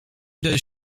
does